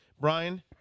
Brian